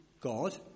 God